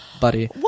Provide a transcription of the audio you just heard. buddy